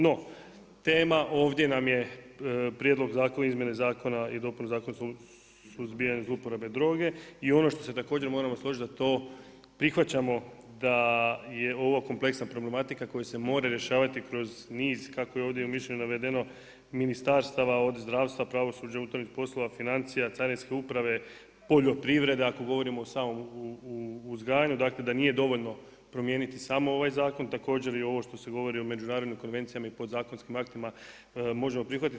No, tema ovdje nam je Prijedlog zakona o izmjenama i dopunama Zakona o suzbijanju zlouporabe droge i ono što se također moramo složiti da to prihvaćamo da je ovo kompleksna problematika koja se mora rješavati kroz niz kako je ovdje u mišljenju navedeno ministarstava od zdravstva, pravosuđa, unutarnjih poslova, financija, carinske uprave, poljoprivreda ako govorimo o samom uzgajanju, dakle, da nije dovoljno promijeniti samo ovaj zakon, također i ovo što se govori o međunarodnim konvencijama i podzakonskim aktima, možemo prihvatiti.